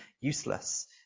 useless